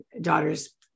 daughter's